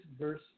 verse